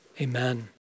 Amen